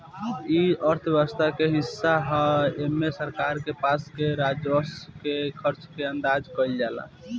इ अर्थव्यवस्था के हिस्सा ह एमे सरकार के पास के राजस्व के खर्चा के अंदाज कईल जाला